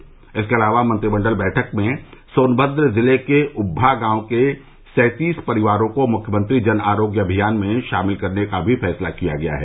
बैठक में मंत्रिमंडल बैठक में सोनमद्र जिले के उम्मा गांव के सैंतीस परिवारों को मुख्यमंत्री जन आरोग्य अमियान में शामिल करने का फैसला भी किया गया है